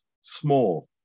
small